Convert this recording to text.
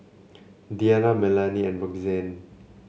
Deanna Melany and Roxanne